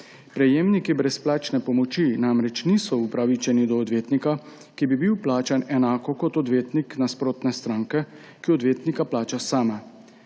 Prejemniki brezplačne pomoči namreč niso upravičeni do odvetnika, ki bi bil plačan enako kot odvetnik nasprotne stranke, ki odvetnika plača sama.